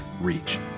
reach